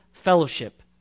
fellowship